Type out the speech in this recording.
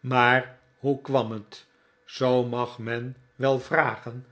maar hoe kwam het zoo mag men wel vragen